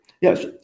Yes